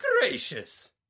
gracious